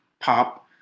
pop